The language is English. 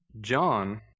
John